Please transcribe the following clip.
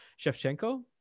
Shevchenko